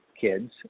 kids